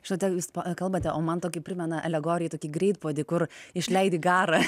žinote jūs kalbate o man tokį primena alegoriją tokį greitpuodį kur išleidi garą